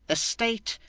the state,